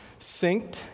Synced